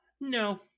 no